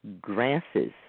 grasses